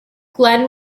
glen